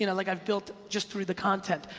you know like i've built just through the content.